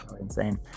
insane